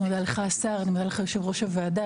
מודה לך השר, יושב-ראש הוועדה.